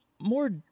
More